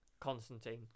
Constantine